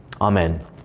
Amen